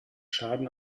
schaden